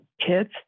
kids